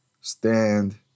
stand